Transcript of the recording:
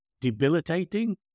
debilitating